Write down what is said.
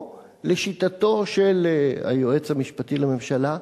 או לשיטתו של היועץ המשפטי לממשלה,